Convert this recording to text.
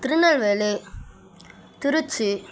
Tirunelveli Trichy